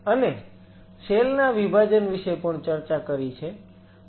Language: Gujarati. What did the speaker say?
અને સેલ ના વિભાજન વિશે પણ ચર્ચા કરી છે